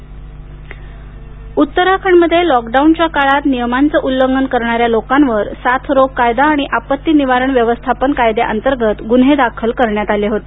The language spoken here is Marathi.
उत्तराखंड उत्तराखंडमध्ये लॉकडाउनच्या काळात नियमांचं उल्लंघन करणाऱ्या लोकांवर साथरोग कायदा आणि आपत्ती निवारण व्यावस्थापन कायद्या अंतर्गत गुन्हे दाखल करण्यात आले होते